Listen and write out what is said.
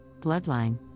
bloodline